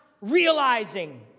realizing